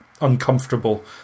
uncomfortable